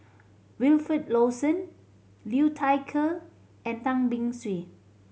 Wilfed Lawson Liu Thai Ker and Tan Beng Swee